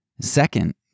Second